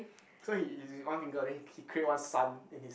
so he he he's with one finger then he cre~ he create one sun in his